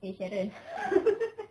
!hey! cheryl